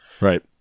Right